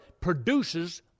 produces